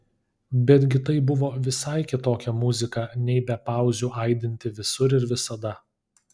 betgi tai buvo visai kitokia muzika nei be pauzių aidinti visur ir visada